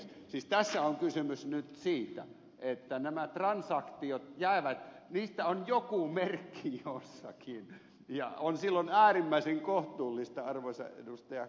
siis tässä on kysymys nyt siitä että näistä transaktioista on joku merkki jossakin ja on silloin äärimmäisen kohtuullista arvoisa ed